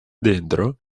dentro